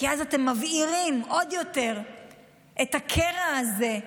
כי אז אתם מבעירים עוד יותר את הקרע הזה,